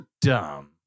dumb